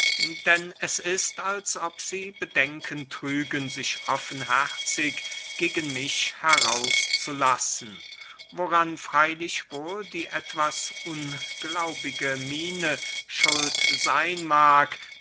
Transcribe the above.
denn es ist als ob sie bedenken trügen sich offenherzig gegen mich heraus zu lassen woran freylich wohl die etwas unglaubige miene schuld seyn mag